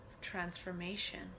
transformation